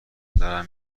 دارم